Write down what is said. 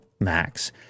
Max